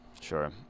Sure